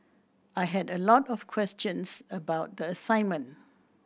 I had a lot of questions about the assignment